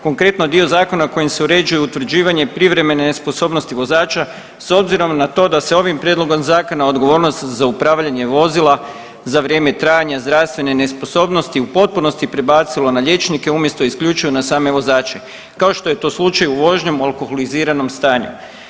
Konkretno dio zakona kojim se uređuju utvrđivanje privremene nesposobnosti vozača s obzirom na to da se ovim prijedlogom zakona odgovornost za upravljanje vozila za vrijeme trajanja zdravstvene nesposobnosti u potpunosti prebacilo na liječnike umjesto isključivo na same vozače, kao što je to slučaj u vožnjom alkoholiziranom stanju.